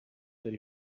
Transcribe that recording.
that